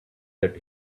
that